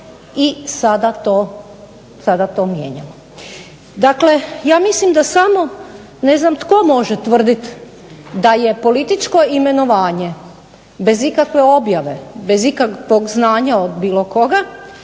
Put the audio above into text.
i sada to mijenjamo. Dakle, ja mislim da samo ne znam tko može tvrditi da je političko imenovanje bez ikakve objave bez ikakvog znanja od bilo koga